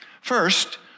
First